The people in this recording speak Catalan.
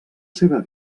seva